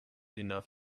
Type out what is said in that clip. enough